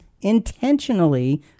intentionally